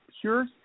pure